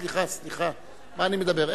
סליחה, מה אני מדבר.